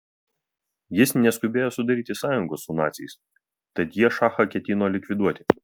jis neskubėjo sudaryti sąjungos su naciais tad jie šachą ketino likviduoti